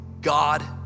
god